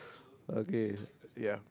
okay ya